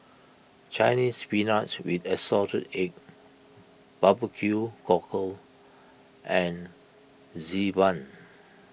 Chinese Spinach with Assorted Eggs Barbecue Cockle and Xi Ban